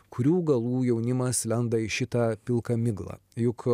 kurių galų jaunimas lenda į šitą pilką miglą juk